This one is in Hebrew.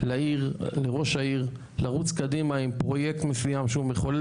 לראש העיר לרוץ קדימה עם פרויקט מסוים שהוא מחולל